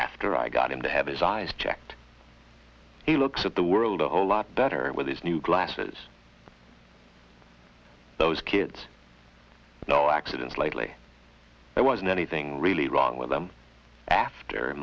after i got him to have his eyes checked he looks at the world a whole lot better with his new glasses those kids know accidents lately there wasn't anything really wrong with them after